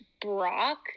Brock